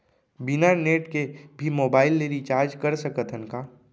बिना नेट के भी मोबाइल ले रिचार्ज कर सकत हन का?